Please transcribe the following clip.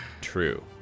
True